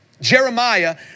Jeremiah